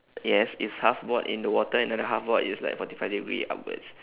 yes it's half board in the water another half board is like forty five degree upwards